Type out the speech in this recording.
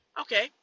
okay